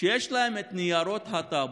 שיש להן את ניירות הטאבו,